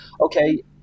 okay –